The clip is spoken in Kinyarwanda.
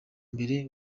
mbere